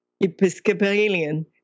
Episcopalian